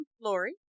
Lori